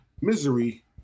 Misery